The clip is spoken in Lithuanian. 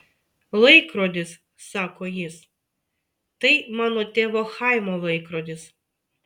laikrodis sako jis tai mano tėvo chaimo laikrodis